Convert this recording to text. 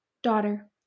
Daughter